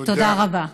תודה רבה.